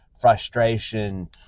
frustration